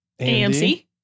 AMC